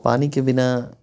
پانی کے بنا